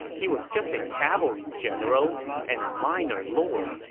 he was just a cavalry general and a minor lord.